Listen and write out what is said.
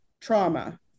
trauma